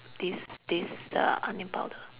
this this uh onion powder